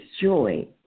joy